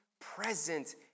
present